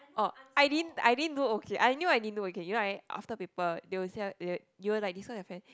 oh I didn't I didn't do okay I knew I didn't do okay you know why after paper they'll say they you will like discuss with your friend